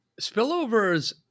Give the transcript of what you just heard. spillovers